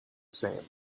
same